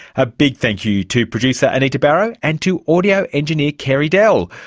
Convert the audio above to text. a big thank you to producer anita barraud, and to audio engineer carey dell.